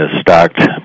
stocked